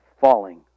falling